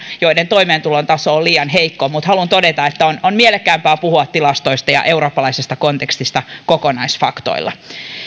joiden toimeentulon taso on liian heikko mutta haluan todeta että on on mielekkäämpää puhua tilastoista ja eurooppalaisesta kontekstista kokonaisfaktoilla